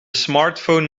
smartphone